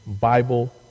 Bible